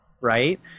right